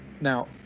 Now